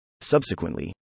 Subsequently